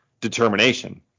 determination